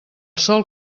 sol